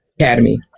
Academy